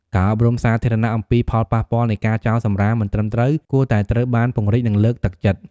ការអប់រំសាធារណៈអំពីផលប៉ះពាល់នៃការចោលសំរាមមិនត្រឹមត្រូវ គួរតែត្រូវបានពង្រីក និងលើកទឹកចិត្ត។